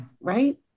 Right